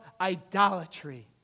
idolatry